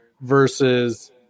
versus